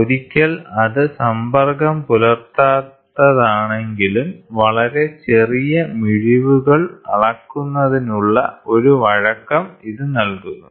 ഒരിക്കൽ അത് സമ്പർക്കം പുലർത്താത്തതാണെങ്കിലുംവളരെ ചെറിയ മിഴിവുകൾ അളക്കുന്നതിനുള്ള ഒരു വഴക്കം ഇത് നൽകുന്നു